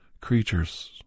creatures